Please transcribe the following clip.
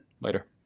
Later